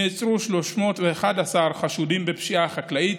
נעצרו 311 חשודים בפשיעה החקלאית,